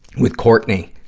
with courtenay,